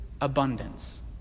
abundance